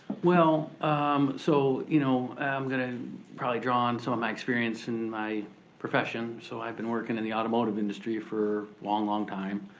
um so you know i'm gonna probably draw on some of my experience in my profession. so i've been workin' in the automotive industry for long long time,